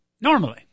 normally